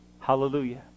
Hallelujah